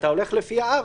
אתה הולך לפי 4,